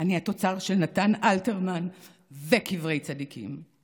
אני התוצר של נתן אלתרמן וקברי צדיקים,